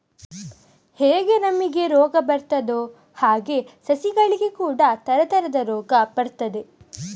ಹೇಗೆ ನಮಿಗೆ ರೋಗ ಬರ್ತದೋ ಹಾಗೇ ಸಸಿಗಳಿಗೆ ಕೂಡಾ ತರತರದ ರೋಗ ಬರ್ತದೆ